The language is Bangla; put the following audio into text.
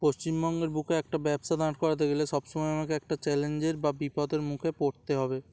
পশ্চিমবঙ্গের বুকে একটা ব্যবসা দাঁড় করাতে গেলে সবসময় আমাকে একটা চ্যালেঞ্জের বা বিপদের মুখে পড়তে হবে